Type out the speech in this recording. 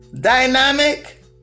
Dynamic